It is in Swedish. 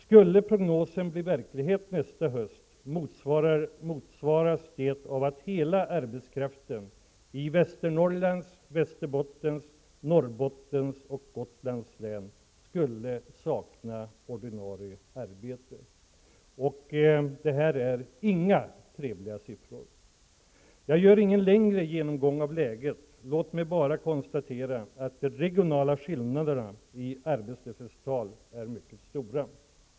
Skulle den prognosen bli verklighet nästa höst motsvaras det av att hela arbetskraften i Västernorrlands, Västerbottens, Norrbottens och Gotlands län skulle sakna ordinarie arbete. Det är inga trevliga siffror. Jag gör ingen längre genomgång av läget. Låt mig bara konstatera att de regionala skillnaderna i arbetslöshetstal är mycket stora.